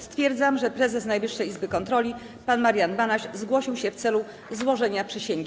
Stwierdzam, że prezes Najwyższej Izby Kontroli pan Marian Banaś zgłosił się w celu złożenia przysięgi.